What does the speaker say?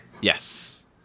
Yes